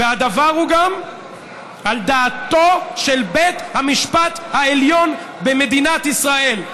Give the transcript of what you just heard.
והדבר הוא גם על דעתו של בית המשפט העליון במדינת ישראל.